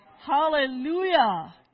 Hallelujah